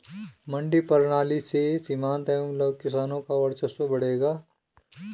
मंडी प्रणाली से सीमांत एवं लघु किसानों का वर्चस्व बढ़ेगा